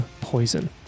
poison